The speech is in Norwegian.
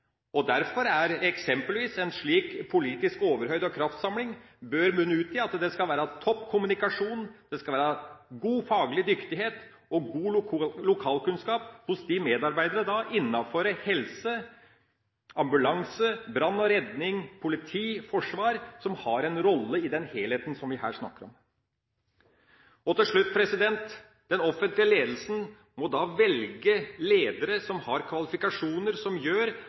Derfor bør eksempelvis en slik politisk overhøyde og kraftsamling munne ut i at det skal være topp kommunikasjon, god faglig dyktighet og god lokalkunnskap hos de medarbeiderne innenfor helse, ambulanse, brann og redning, politi og forsvar som har en rolle i den helheten som vi snakker om her. Til slutt: Den offentlige ledelsen må velge ledere som har kvalifikasjoner som gjør